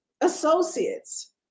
associates